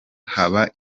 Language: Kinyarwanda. haba